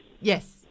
Yes